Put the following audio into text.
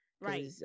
Right